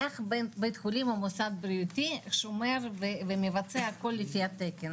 איך בבית חולים או מוסד בריאות שומר ומבצע הכל לפי התקן.